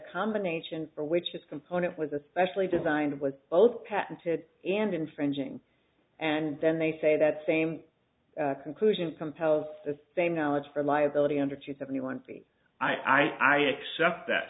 combination for which its component was especially designed was both patented and infringing and then they say that same conclusion compels the same knowledge for liability under two seventy one feet i accept that